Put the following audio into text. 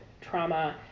trauma